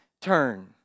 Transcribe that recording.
turn